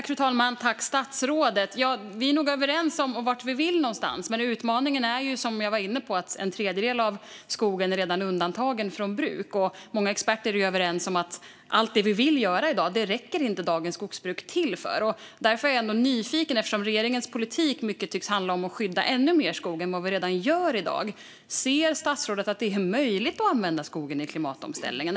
Fru talman! Ja, vi är nog överens om vart vi vill någonstans, men utmaningen är ju, som jag var inne på, att en tredjedel av skogen redan är undantagen från bruk. Många experter är överens om att dagens skogsbruk inte räcker till för allt det vi vill göra i dag. Därför är jag nyfiken eftersom regeringens politik tycks handla om att skydda ännu mer skog än vi redan gör i dag. Ser statsrådet att det är möjligt att använda skogen i klimatomställningen?